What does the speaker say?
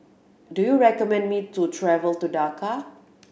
do you recommend me to travel to Dhaka